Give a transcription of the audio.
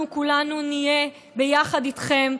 אנחנו כולנו נהיה ביחד איתכן,